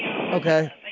Okay